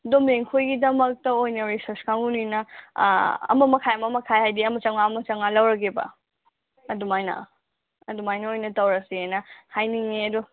ꯑꯗꯣ ꯃꯦꯝꯈꯣꯏꯒꯤꯗꯃꯛꯇ ꯑꯣꯏꯅ ꯔꯤꯁꯔꯁ ꯀꯥꯡꯕꯨꯅꯤꯅ ꯑꯃ ꯃꯈꯥꯏ ꯑꯃ ꯃꯈꯥꯏ ꯍꯥꯏꯗꯤ ꯑꯃ ꯆꯝꯃꯉꯥ ꯑꯃ ꯆꯝꯃꯉꯥ ꯂꯧꯔꯒꯦꯕ ꯑꯗꯨꯃꯥꯏꯅ ꯑꯗꯨꯃꯥꯏꯅ ꯑꯣꯏꯅ ꯇꯧꯔꯁꯦꯅ ꯍꯥꯏꯅꯤꯡꯉꯦ ꯑꯗꯣ